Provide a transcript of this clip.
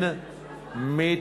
בסדר,